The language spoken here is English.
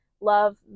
love